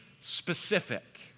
specific